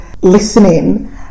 listening